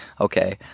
Okay